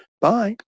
Bye